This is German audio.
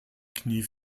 knie